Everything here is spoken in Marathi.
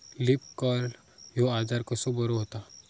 लीफ कर्ल ह्यो आजार कसो बरो व्हता?